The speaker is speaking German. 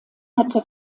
hatte